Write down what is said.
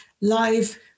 Live